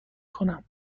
کنم